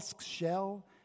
shell